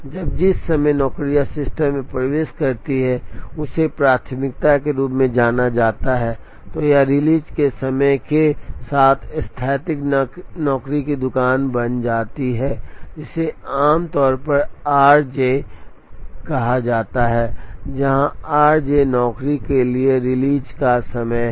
जब जिस समय नौकरियां सिस्टम में प्रवेश करती हैं उसे प्राथमिकता के रूप में जाना जाता है तो यह रिलीज के समय के साथ स्थैतिक नौकरी की दुकान बन जाती है जिसे आमतौर पर आर जे कहा जाता है जहां आर जे नौकरी के लिए रिलीज का समय है